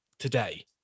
today